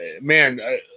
Man